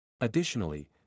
Additionally